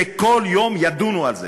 כל יום ידונו על זה.